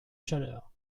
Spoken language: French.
chaleur